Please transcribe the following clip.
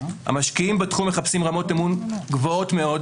המשקיעים בתחום מחפשים רמות אמון גבוהות מאוד